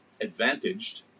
advantaged